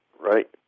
right